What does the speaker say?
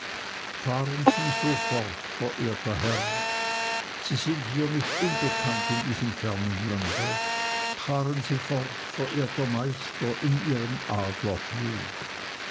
fahren sie so fort verehrter herr sie sind hier nicht unbekannt in diesem fernen lande fahren sie fort verehrter meister in ihrem